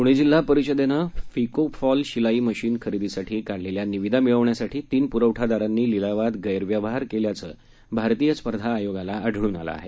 प्णे जिल्हा परिषदेने पिकोफॉल शिलाई मशीन खरेदीसाठी काढलेल्या निविदा मिळवण्यासाठी तीन पुरवठादारांनी लिलावात गैरव्यवहार केल्याचं भारतीय स्पर्धा आयोगाला आढळून आलं आहे